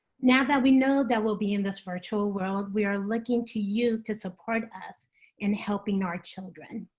now that we know that we'll be in this virtual world, we are looking to you to support us in helping our children.